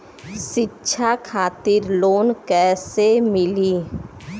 शिक्षा खातिर लोन कैसे मिली?